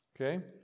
Okay